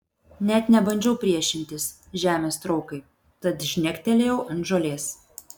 net nebandžiau priešintis žemės traukai tad žnektelėjau ant žolės